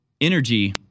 energy